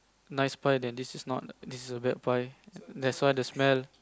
nice pie then this is not this is a bad pie that's why the smell